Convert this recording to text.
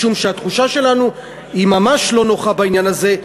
משום שהתחושה שלנו היא ממש לא נוחה בעניין הזה,